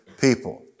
people